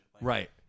Right